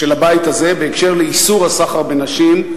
של הבית הזה בהקשר של איסור הסחר בנשים,